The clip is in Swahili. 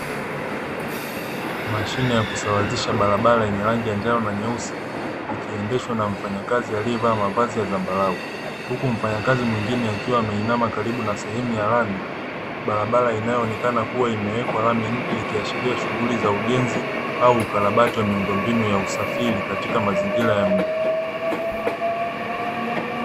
Mashine ya kusawazisha barabara yenye rangi ya njano na nyeusi ikiendeshwa na mfanyakazi aliyevaa mavazi ya zambarau, huku mfanyakazi mwingine akiwa ameinama karibu na sehemu ya lami barabara, inayoonekana kuwa imewekwa lami mpya ikiashiria shughuli za ujenzi au ukarabati wa miundombinu ya usafiri katika mazingira.